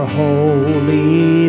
holy